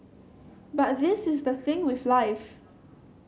but this is the thing with life